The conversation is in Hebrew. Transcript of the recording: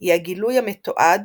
היא הגילוי המתועד